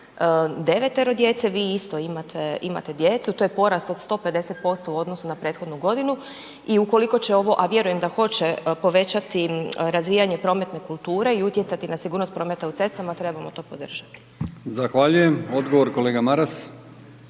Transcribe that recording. čak 9 djece. Vi isto imate djecu, to je porast od 150% u odnosu na prethodnu godinu i ukoliko će ovo, a vjerujem da hoće povećati razvijanje prometne kulture i utjecati na sigurnost prometa u cestama trebamo to podržati. **Brkić, Milijan (HDZ)** Zahvaljujem. Odgovor kolega Maras.